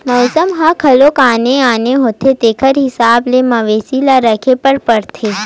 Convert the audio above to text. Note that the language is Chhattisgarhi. मउसम ह घलो आने आने होथे तेखर हिसाब ले मवेशी ल राखे बर परथे